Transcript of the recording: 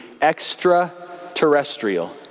extraterrestrial